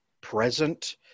present